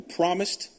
promised